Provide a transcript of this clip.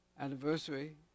anniversary